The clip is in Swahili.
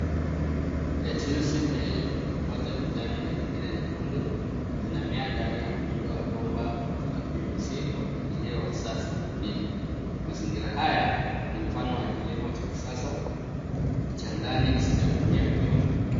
Lettuce mbili, moja ya kijani na nyingine nyekundu zinamea ndani ya bomba la muundo wa PVC kwa mpangilio wa safu mbili. Mazingira haya ni mfano wa kilimo cha kisasa cha ndani kisichotumia udongo.